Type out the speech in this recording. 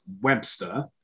Webster